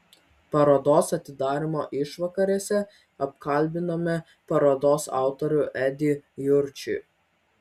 parodos atidarymo išvakarėse pakalbinome parodos autorių edį jurčį